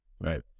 Right